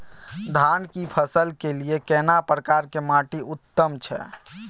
धान की फसल के लिये केना प्रकार के माटी उत्तम छै?